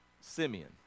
Simeon